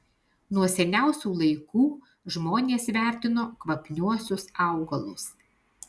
nuo seniausių laikų žmonės vertino kvapniuosius augalus